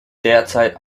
derzeit